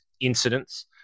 incidents